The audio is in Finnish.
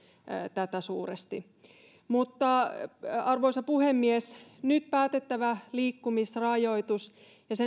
tätä suuresti arvoisa puhemies nyt päätettävän liikkumisrajoituksen